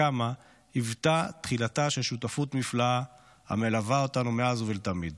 קמה היוותה תחילתה של שותפות נפלאה המלווה אותנו מאז ולתמיד.